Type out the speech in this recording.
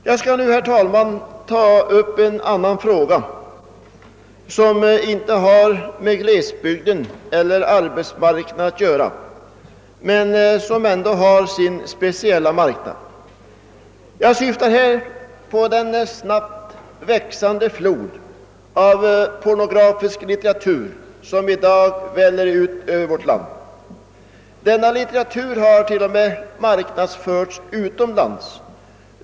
Jag skall nu, herr talman, ta upp en annan fråga som inte har med glesbygden eller arbetsmarknaden att göra men som ändå har sin speciella marknad. Jag syftar här på den snabbt växande flod av pornografisk litteratur som i dag väller ut över vårt land. Denna litteratur har till och med marknadsförts utomlands.